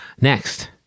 Next